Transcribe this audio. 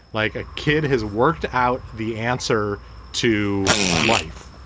like a kid has worked out the answer to life,